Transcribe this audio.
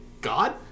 god